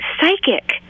psychic